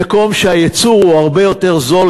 למקום שהייצור הוא הרבה יותר זול,